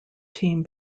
team